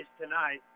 tonight